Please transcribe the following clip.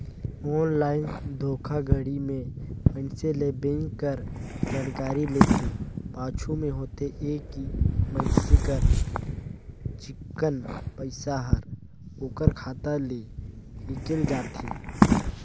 online धोखाघड़ी में मइनसे ले बेंक कर जानकारी लेथे, पाछू में होथे ए कि मइनसे कर चिक्कन पइसा हर ओकर खाता ले हिंकेल जाथे